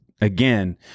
again